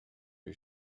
you